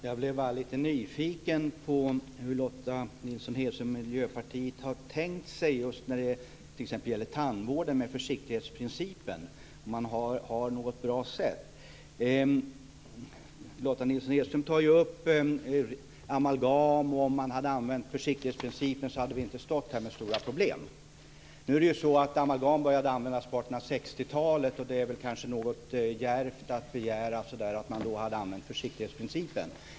Fru talman! Jag blev lite nyfiken på hur Lotta Nilsson-Hedström och Miljöpartiet har tänkt sig när det gäller t.ex. tandvården och försiktighetsprincipen. Har man något bra sätt för att tillämpa den där? Lotta Nilsson-Hedström tar ju upp amalgam och säger att om man hade använt försiktighetsprincipen där hade vi inte stått här med stora problem. Nu är det ju så att amalgam började användas på 1860-talet. Det är väl kanske något djärvt att begära att man hade använt försiktighetsprincipen då.